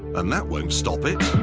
and that won't stop it.